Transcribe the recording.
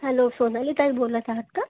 hello Sonali ताई बोलत आहात का